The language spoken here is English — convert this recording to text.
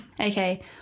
Okay